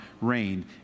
reigned